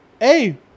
hey